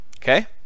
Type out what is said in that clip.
Okay